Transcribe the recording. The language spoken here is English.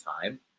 time